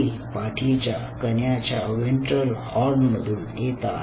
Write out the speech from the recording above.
ते पाठीच्या कण्याच्या व्हेंट्रल हॉर्नमधून येतात